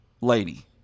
lady